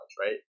right